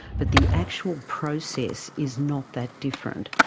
but the actual process is not that different.